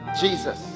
Jesus